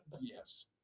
Yes